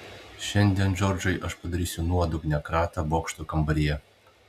šiandien džordžai aš padarysiu nuodugnią kratą bokšto kambaryje